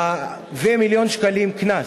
ומיליון שקלים קנס.